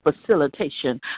facilitation